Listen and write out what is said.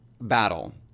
battle